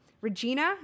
Regina